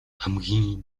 хамгийн